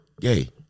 gay